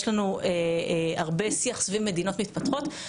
יש לנו הרבה שיח סביב מדינות מתפתחות.